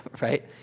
right